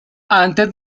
antes